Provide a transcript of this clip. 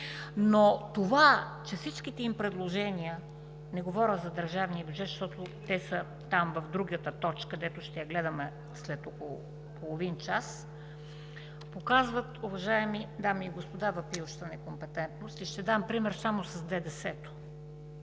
позиция. Но всичките им предложения – не говоря за държавния бюджет, защото там са в другата точка, която ще гледаме след около половин час, показват, уважаеми дами и господа, въпиеща некомпетентност. Ще дам пример само с ДДС-то.